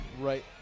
right